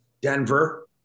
Denver